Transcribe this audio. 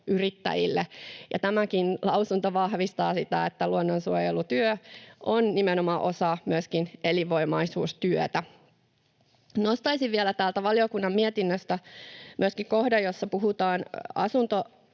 Tämäkin lausunto vahvistaa sitä, että luonnonsuojelutyö on nimenomaan myöskin osa elinvoimaisuustyötä. Nostaisin vielä täältä valiokunnan mietinnöstä kohdan, jossa puhutaan